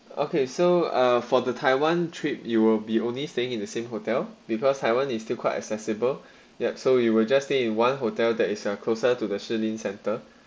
okay so uh for the taiwan trip you will be only staying in the same hotel because taiwan is still quite accessible yup so you will just stay in one hotel that is uh closer to the shi lin centre